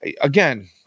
again